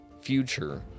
future